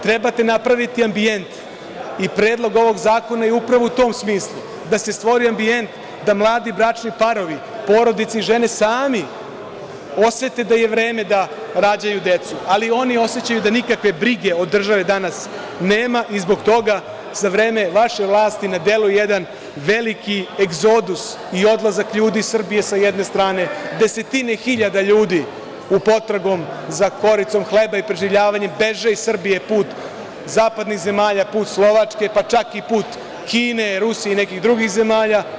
Trebate napraviti ambijent i predlog ovog zakona je upravo u tom smislu, da se stvori ambijent da mladi bračni parovi, porodice i žene, sami osete da je vreme da rađaju decu, ali oni osećaju da nikakve brige od države danas nema i zbog toga za vreme vaše vlasti na delu je jedan veliki egzodus i odlazak ljudi iz Srbije sa jedne strane, desetine hiljada ljudi u potrazi za koricom hleba i preživljavanjem beže iz Srbije put zapadnih zemalja, put Slovačke, pa čak i put Kine, Rusije i nekih drugih zemalja.